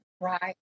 Right